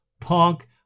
punk